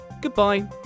Goodbye